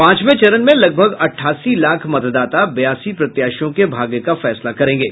पांचवे चरण में लगभग अट्ठासी लाख मतदाता बयासी प्रत्याशियों के भाग्य का फैसला करेंगे